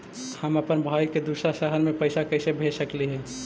हम अप्पन भाई के दूसर शहर में पैसा कैसे भेज सकली हे?